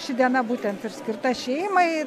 ši diena būtent ir skirta šeimai